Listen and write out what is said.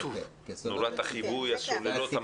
כתוב: נורת החיווי, הסוללות.